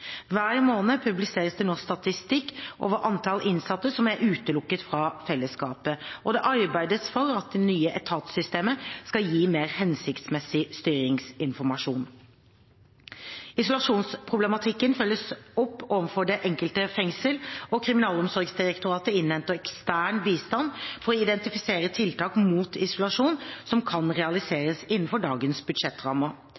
Hver måned publiseres det nå statistikk over antall innsatte som er utestengt fra fellesskapet, og det arbeides for at det nye etatssystemet skal gi mer hensiktsmessig styringsinformasjon. Isolasjonsproblematikken følges opp overfor det enkelte fengsel, og Kriminalomsorgsdirektoratet innhenter ekstern bistand for å identifisere tiltak mot isolasjon som kan